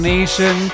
Nation